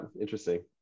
interesting